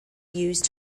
used